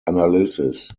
analyses